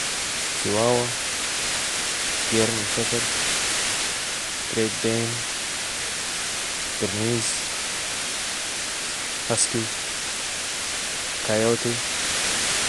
شيواوا ، جيرمن شبرد ، قريت دين ، برنز ، هسكي ، كيوتي